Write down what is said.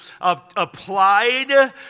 applied